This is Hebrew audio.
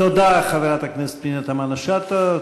תודה לחברת הכנסת פנינה תמנו-שטה.